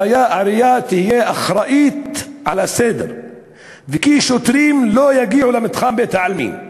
שהעירייה תהיה אחראית לסדר ושוטרים לא יגיעו למתחם בית-העלמין.